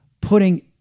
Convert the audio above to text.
putting